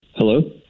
Hello